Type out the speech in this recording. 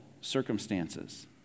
circumstances